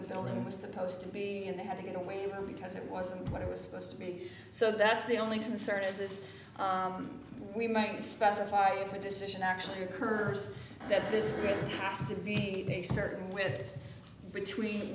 the building was supposed to be and they had to get away because it wasn't what it was supposed to be so that's the only concern is this we might specify if a decision actually occurs that this really has to be a certain wit between